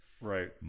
Right